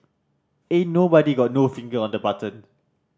ain't nobody got no finger on the button